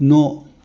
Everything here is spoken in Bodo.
न'